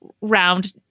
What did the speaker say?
round